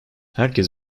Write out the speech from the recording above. herkes